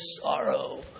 sorrow